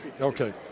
Okay